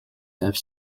death